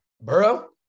Burrow